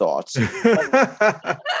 thoughts